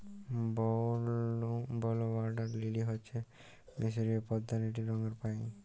blue water lily হচ্যে মিসরীয় পদ্দা লিল রঙের পায়